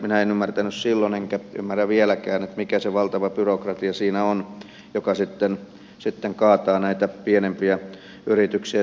minä en ymmärtänyt silloin enkä ymmärrä vieläkään mikä siinä on se valtava byrokratia joka sitten kaataa näitä pienempiä yrityksiä